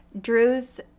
drew's